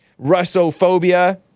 Russophobia